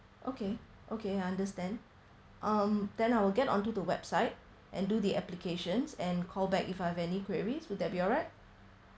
okay okay I understand um then I'll get onto the website and do the applications and call back if I have any queries would that be alright